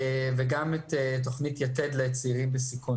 וגם את תוכנית "יתד" לצעירים בסיכון.